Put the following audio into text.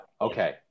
Okay